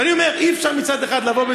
ואני אומר, אי-אפשר מצד אחד לבוא,